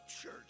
Church